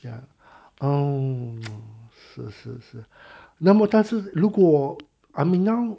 ya oh 是是是那么但是如果 I mean now